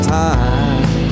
time